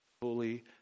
fully